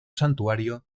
santuario